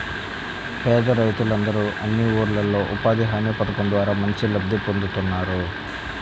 పేద రైతులందరూ అన్ని ఊర్లల్లో ఉపాధి హామీ పథకం ద్వారా మంచి లబ్ధి పొందుతున్నారు